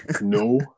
No